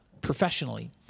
professionally